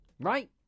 Right